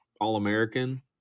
All-American